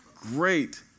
great